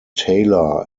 taylor